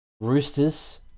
Roosters